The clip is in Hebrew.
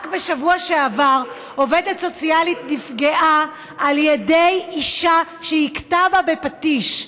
רק בשבוע שעבר עובדת סוציאלית נפגעה על ידי אישה שהכתה בה בפטיש.